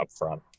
upfront